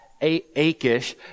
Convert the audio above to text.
Achish